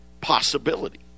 possibility